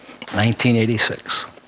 1986